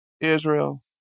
Israel